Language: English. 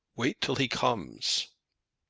wait till he comes.